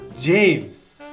James